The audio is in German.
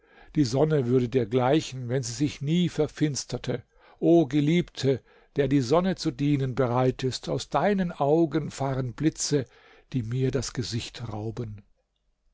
die sonne würde dir gleichen wenn sie sich nie verfinsterte o geliebte der die sonne zu dienen bereit ist aus deinen augen fahren blitze die mir das gesicht rauben